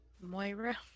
moira